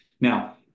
Now